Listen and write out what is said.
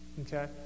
Okay